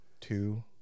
two